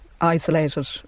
isolated